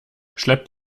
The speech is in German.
schleppt